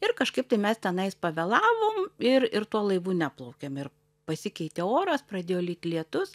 ir kažkaip tai mes tenais pavėlavom ir ir tuo laivu neplaukėm ir pasikeitė oras pradėjo lyt lietus